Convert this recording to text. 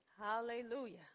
Hallelujah